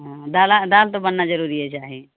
हँ दालि दालि तऽ बनना जरूरीये चाही